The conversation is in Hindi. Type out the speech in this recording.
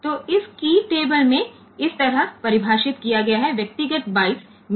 तो इस कीय टेबल में इस तरह परिभाषित किया गया है व्यक्तिगत बाइट्स में